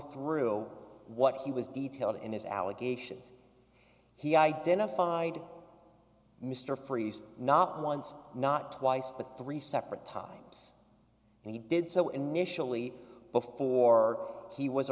through what he was detailed in his allegations he identified mr friess not once not twice but three separate times and he did so initially before he was